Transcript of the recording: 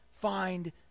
find